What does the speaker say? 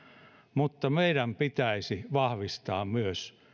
mutta meidän pitäisi vahvistaa myös